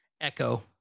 Echo